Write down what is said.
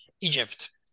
Egypt